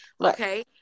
okay